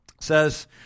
says